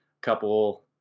couple